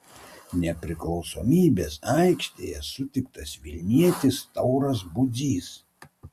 nepriklausomybės aikštėje sutiktas vilnietis tauras budzys